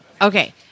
Okay